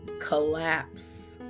collapse